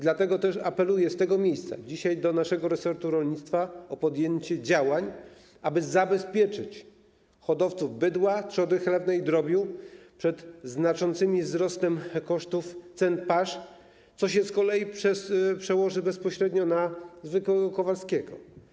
Dlatego też dzisiaj apeluję z tego miejsca do naszego resortu rolnictwa o podjęcie działań, aby zabezpieczyć hodowców bydła, trzody chlewnej i drobiu przed znaczącymi wzrostami kosztów cen pasz, co się z kolei przełoży bezpośrednio na zwykłego Kowalskiego.